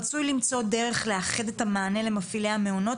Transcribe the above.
רצוי למצוא דרך לאחד את המענה למפעילי המעונות,